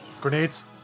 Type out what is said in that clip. grenades